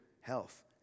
health